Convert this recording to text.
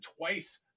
twice